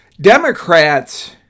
Democrats